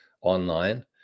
online